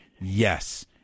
Yes